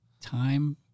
Time